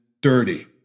dirty